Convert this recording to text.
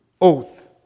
oath